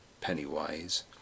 Pennywise